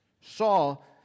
Saul